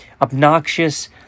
obnoxious